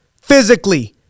Physically